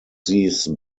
these